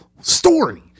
story